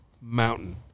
mountain